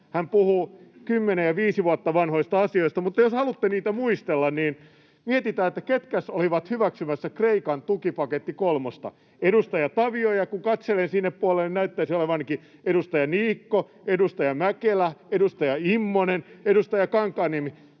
ja viisi vuotta vanhoista asioista, mutta jos haluatte niitä muistella, niin mietitään, ketkäs olivat hyväksymässä Kreikan tukipaketti kolmosta: edustaja Tavio, ja kun katselen sinne puolelle, niin näyttäisi olevan ainakin edustaja Niikko, edustaja Mäkelä, edustaja Immonen ja edustaja Kankaanniemi.